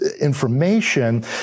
information